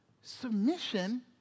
Submission